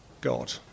God